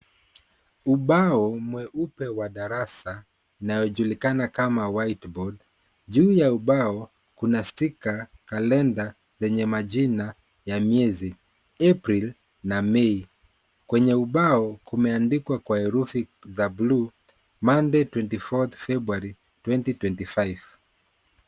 Ubao mweupe wa darasa, inayojulikana kama whiteboard . Juu ya ubao, kuna stika, kalenda zenye majina ya miezi, april na mei. Kwenye ubao, kumeandikwa kwa herufi za bluu, monday 24th february 2025 .